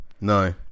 No